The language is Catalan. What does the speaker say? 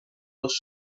les